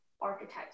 archetypes